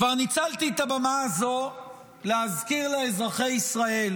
כבר ניצלתי את הבמה הזו להזכיר לאזרחי ישראל